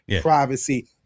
privacy